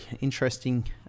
Interesting